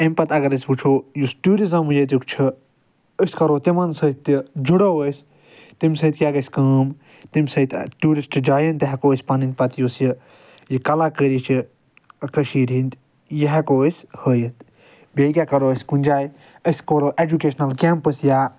امہِ پتہٕ اگر أسۍ وٕچھو یُس ٹیوٗرِزم ییٚتیُک چھُ أسۍ کرو تِمن سۭتۍ تہِ جُڑو أسۍ تمہِ سۭتۍ کیٚاہ گژھِ کٲم تمہِ سۭتۍ ٹٮ۪ورسٹ جاٮ۪ن تہِ ہٮ۪کو أسۍ پنٕنۍ پتہٕ یس یہِ یہِ کلاکٲری چھِ کشیرِ ہنٛدۍ یہِ ہٮ۪کو أسۍ ہٲوتھ بیٚیہِ کیٚاہ کرو أسۍ کُنہِ جاے أسۍ کرو اٮ۪جوکٮ۪شنل کٮ۪مس یا